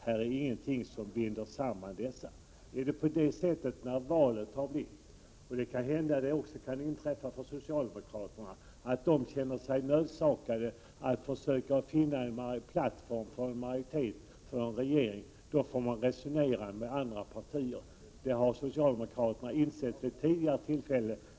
Det finns ingenting som binder samman partierna på detta sätt. Om det blir så att socialdemokraterna efter valet känner sig nödsakade att finna en plattform för en majoritet för en regering får man resonera med andra partier. Det har socialdemokraterna insett vid tidigare tillfällen.